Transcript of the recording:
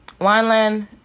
Wineland